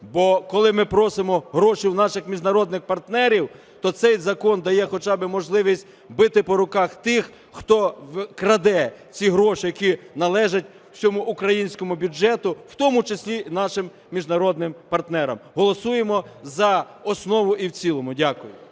Бо, коли ми просимо гроші у наших міжнародних партнерів, то цей закон дає хоча б можливість бити по руках тих, хто краде ці гроші, які належать всьому українському бюджету, в тому числі і нашим міжнародним партнерам. Голосуємо за основу і в цілому. Дякую.